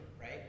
Right